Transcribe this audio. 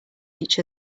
each